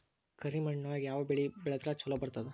ಕರಿಮಣ್ಣೊಳಗ ಯಾವ ಬೆಳಿ ಬೆಳದ್ರ ಛಲೋ ಬರ್ತದ?